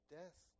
death